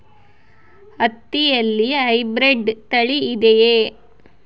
ಹತ್ತಿಯಲ್ಲಿ ಹೈಬ್ರಿಡ್ ತಳಿ ಇದೆಯೇ?